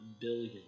billion